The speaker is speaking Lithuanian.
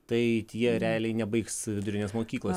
tai tie realiai nebaigs vidurinės mokyklos